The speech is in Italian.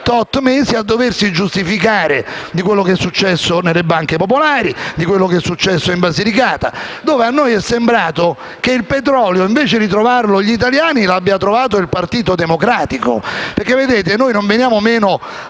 mesi a doversi giustificare per quello che è successo nelle banche popolari e in Basilicata, dove a noi è sembrato che il petrolio, invece di trovarlo gli italiani, lo abbia trovato il Partito Democratico. Noi non veniamo meno